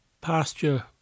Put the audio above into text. pasture